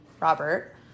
Robert